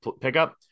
pickup